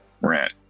rent